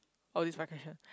oh this my question